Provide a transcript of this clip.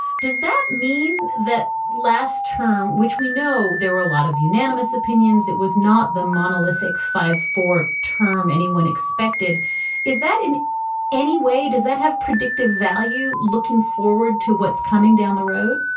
does that mean that last term which we know there were a lot of unanimous opinions it was not the monolithic five four term anyone expected is that in any way does that have predictive value looking forward to what's coming down the road